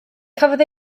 cafodd